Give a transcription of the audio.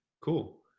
Cool